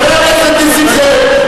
חבר הכנסת נסים זאב,